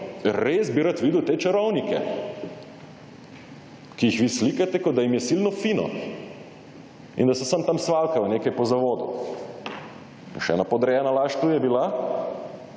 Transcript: Res bi rad videl te čarovnike, ki jih vi slikate, kot da jim je silno fino in da se samo tam svaljkajo nekaj po zavodu. Pa še ena podrejena laž tu je bila,